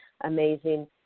amazing